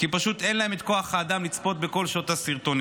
כי פשוט אין להם את כוח האדם לצפות בכל שעות הסרטונים.